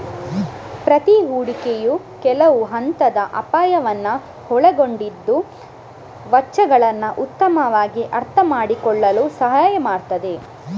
ಪ್ರತಿ ಹೂಡಿಕೆಯು ಕೆಲವು ಹಂತದ ಅಪಾಯವನ್ನ ಒಳಗೊಂಡಿದ್ದು ವೆಚ್ಚಗಳನ್ನ ಉತ್ತಮವಾಗಿ ಅರ್ಥಮಾಡಿಕೊಳ್ಳಲು ಸಹಾಯ ಮಾಡ್ತದೆ